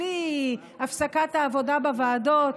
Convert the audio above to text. בלי הפסקת העבודה בוועדות.